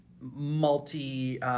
multi-